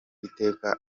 iteka